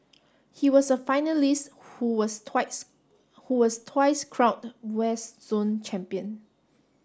he was a finalist who was twice who was twice crowned West Zone champion